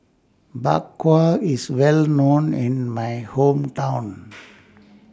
Bak Kwa IS Well known in My Hometown